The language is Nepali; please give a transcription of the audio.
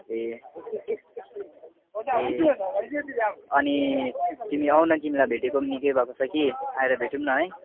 ए ए अनि तिमी आऊ न तिमीलाई भेटेको निकै भएको छ कि आएर भेटौँ न है